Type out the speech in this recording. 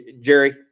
Jerry